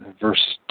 verse